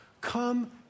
Come